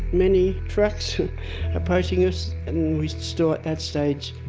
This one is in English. many trucks approaching us and we still at that stage